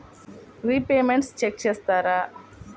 Repayments check చేస్తారా?